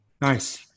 Nice